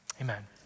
amen